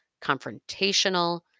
confrontational